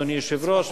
אדוני היושב-ראש,